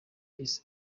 ese